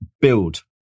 build